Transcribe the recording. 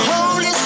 Holy